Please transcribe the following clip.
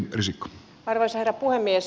arvoisa herra puhemies